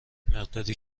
مقداری